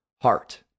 heart